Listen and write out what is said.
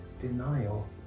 denial